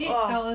orh